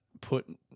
put